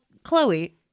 Chloe